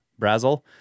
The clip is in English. Brazel